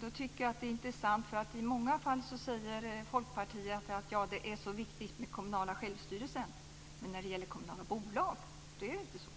Det är intressant. I många fall säger Folkpartiet att det är så viktigt med den kommunala självstyrelsen, men när det gäller kommunala bolag är det inte så.